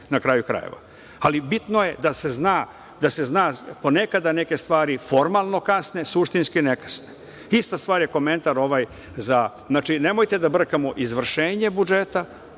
na kraju krajeva. Ali, bitno je da se zna. Ponekada neke stvari formalno kasne, suštinske ne kasne. Ista stvar je ovaj komentar. Znači, nemojte da brkamo izvršenje budžeta